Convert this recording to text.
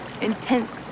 intense